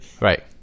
Right